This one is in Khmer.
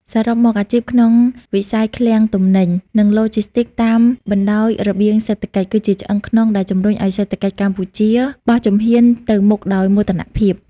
សរុបមក អាជីពក្នុងវិស័យឃ្លាំងទំនិញ និងឡូជីស្ទីកតាមបណ្ដោយរបៀងសេដ្ឋកិច្ច គឺជាឆ្អឹងខ្នងដែលជំរុញឱ្យសេដ្ឋកិច្ចកម្ពុជាបោះជំហានទៅមុខដោយមោទនភាព។